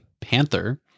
panther